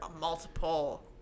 multiple